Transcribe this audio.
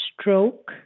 stroke